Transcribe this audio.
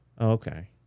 Okay